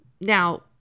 now